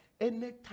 anytime